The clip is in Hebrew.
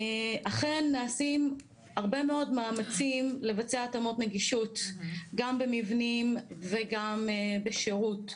אכן נעשים הרבה מאוד מאמצים לבצע התאמות נגישות גם במבנים וגם בשירות.